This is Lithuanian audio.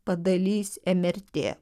padalys mrt